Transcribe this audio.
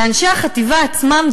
לאנשי החטיבה עצמם,